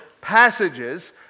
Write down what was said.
passages